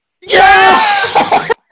Yes